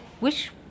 wish